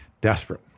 Desperate